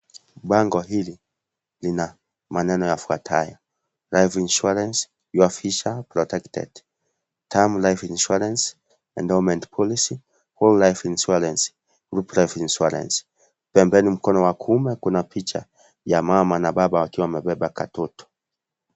Bango hili lina maneno yafuatayo,(cs)Life Insurance, your future protected, term life insurance, endowment policy, whole life insurance, group life insurance(cs),pembeni mkono wa kuume kuna picha ya mama na baba wakiwa wamebeba katoto.